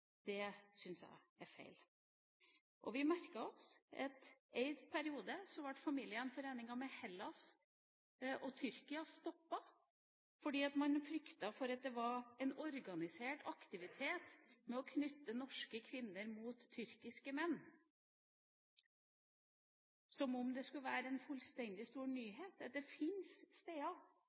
jeg er feil. Vi merket oss at en periode ble familiegjenforeninga med Hellas og Tyrkia stoppet fordi man fryktet det var en organisert aktivitet med å knytte norske kvinner mot tyrkiske menn – som om det skulle være en fullstendig stor nyhet at det finnes steder